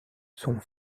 son